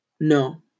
No